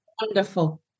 Wonderful